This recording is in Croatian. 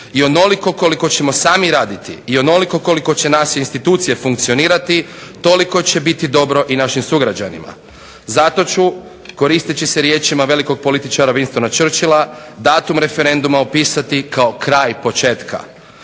i onoliko koliko ćemo sami raditi i onoliko koliko će naše institucije funkcionirati toliko će biti dobro i našim sugrađanima. Zato ću koristeći se riječima velikog političara Winstona Churchilla datum referenduma opisati kao kraj početka